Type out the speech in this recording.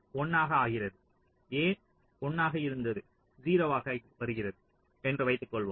A 1 ஆகிறது A 1 ஆக இருந்தது 0 ஆகி வருகிறது என்று வைத்துக்கொள்வோம்